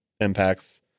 impacts